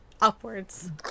upwards